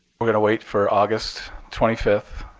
we're going to wait for august twenty five.